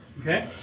Okay